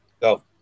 Go